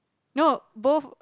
no both